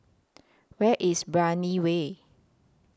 Where IS Brani Way